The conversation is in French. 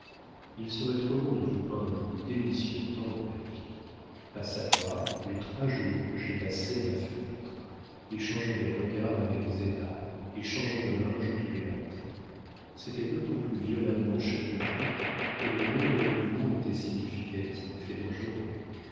il serait trop long de vous peindre le plus délicieux temps de ma vie à savoir les trois jours que j'ai passés à ma fenêtre échangeant des regards avec zéna et changeant de linge tous les matins c'était d'autant plus violemment chatouilleux que les moindres mouvements étaient significatifs et dangereux